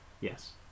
Yes